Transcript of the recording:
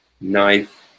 knife